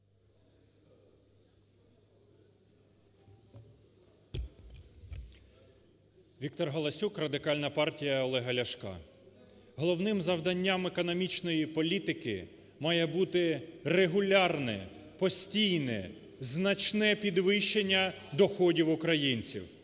Віктор Галасюк, Радикальна партія Олега Ляшка. Головним завданням економічної політики має бути регулярне, постійне, значне підвищення доходів українців